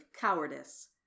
cowardice